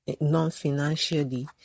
non-financially